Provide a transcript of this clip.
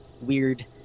weird-